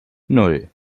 nan